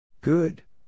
Good